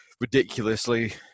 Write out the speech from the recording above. ridiculously